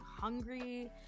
hungry